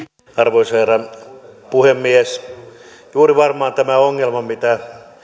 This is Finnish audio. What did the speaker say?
arvoisa herra puhemies juuri varmaan on tämä ongelma mitä